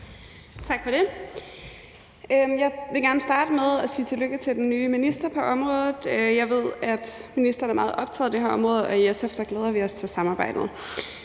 Tak for det. Jeg vil gerne starte med at sige tillykke til den nye minister på området. Jeg ved, at ministeren er meget optaget af det her område, og i SF glæder vi os til samarbejdet.